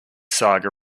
saga